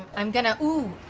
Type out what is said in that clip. i'm going to ooh!